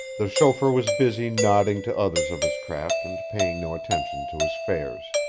the chauffeur was busy nodding to others of his craft and paying no attention to his fares.